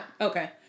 Okay